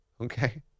Okay